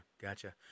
gotcha